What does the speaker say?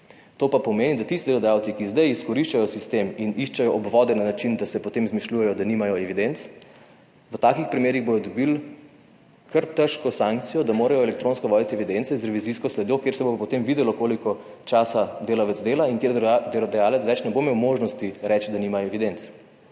To pa pomeni, da tisti delodajalci, ki zdaj izkoriščajo sistem in iščejo obvode na način, da se potem izmišljujejo, da nimajo evidenc, v takih primerih bodo dobili kar težko sankcijo, da morajo elektronsko voditi evidence z revizijsko sledjo, kjer se bo potem videlo, koliko časa delavec dela in kjer delodajalec več ne bo imel možnosti reči, da nima evidenc.